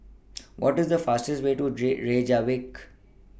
What IS The fastest Way to Reykjavik